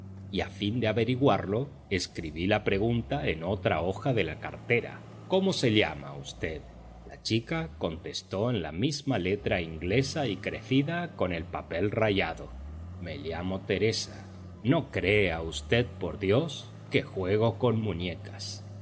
a fin de averiguarlo escribí la pregunta en otra hoja de la cartera cómo se llama v la chica contestó en la misma letra inglesa y crecida con el papel rayado me llamo teresa no crea ustez por dios que juego con muñecas diez o